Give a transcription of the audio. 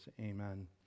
Amen